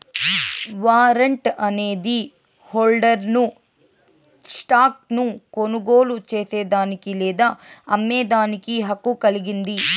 warrant అనేది హోల్డర్ను stock ను కొనుగోలు చేసేదానికి లేదా అమ్మేదానికి హక్కు కలిగింది